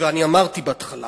ואני אמרתי בהתחלה